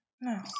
No